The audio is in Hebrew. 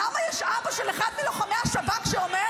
למה יש אבא של אחד מלוחמי השב"כ שאומר